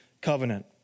covenant